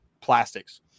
plastics